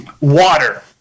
water